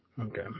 Okay